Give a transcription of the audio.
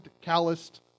calloused